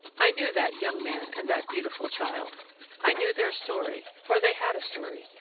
i knew that young man and that beautiful child i knew their story, for they had a story,